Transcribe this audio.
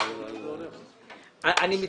לא נאמר הפוך.